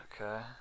Okay